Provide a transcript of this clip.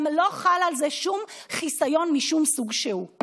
גם לא חל על זה שום חיסיון משום סוג שהוא.